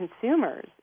consumers